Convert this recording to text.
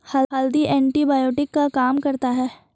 हल्दी एंटीबायोटिक का काम करता है